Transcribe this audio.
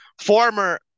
Former